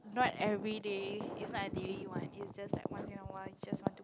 not everyday is is not a daily one is just like once in awhile you just want to